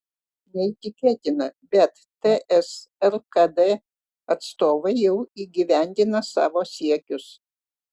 neįtikėtina bet ts lkd atstovai jau įgyvendina savo siekius